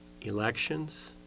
elections